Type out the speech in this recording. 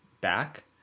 back